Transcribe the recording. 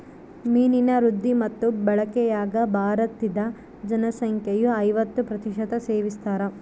ಮೀನಿನ ವೃದ್ಧಿ ಮತ್ತು ಬಳಕೆಯಾಗ ಭಾರತೀದ ಜನಸಂಖ್ಯೆಯು ಐವತ್ತು ಪ್ರತಿಶತ ಸೇವಿಸ್ತಾರ